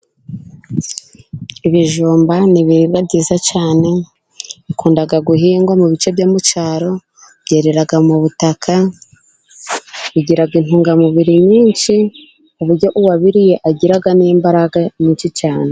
Ibijumba ni ibihingwa byiza cyane, bikunda guhingwa mu bice byo mu cyaro, byerera mu butaka, bigira intungamubiri nyinshi kuburyo uwabiriye agira n'imbaraga nyinshi cyane.